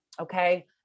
okay